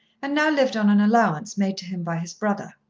and now lived on an allowance made to him by his brother.